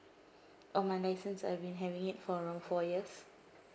oh my license I've been having it for around four years